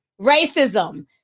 racism